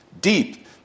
deep